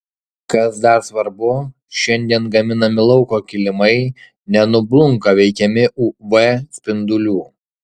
kas dar svarbu šiandien gaminami lauko kilimai nenublunka veikiami uv spindulių